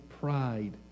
pride